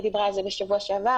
היא דיברה על זה בשבוע שעבר,